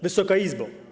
Wysoka Izbo!